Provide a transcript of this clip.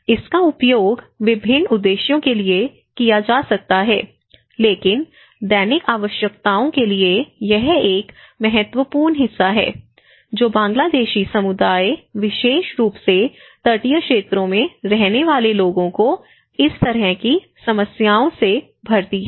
इसका उपयोग विभिन्न उद्देश्यों के लिए किया जा सकता है लेकिन दैनिक आवश्यकताओं के लिए यह एक महत्वपूर्ण समस्या है जो बांग्लादेशी समुदाय विशेष रूप से तटीय क्षेत्रों में रहने वाले लोगों को इस तरह की समस्याओं से भरती है